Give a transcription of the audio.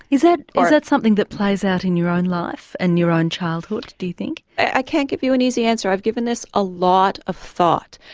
is that that something that plays out in your own life and your own childhood do you think? i can't give you an easy answer i've given this a lot of thought.